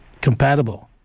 compatible